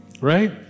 Right